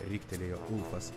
riktelėjo ulfas